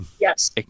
yes